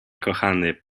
kochany